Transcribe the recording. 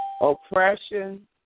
Oppression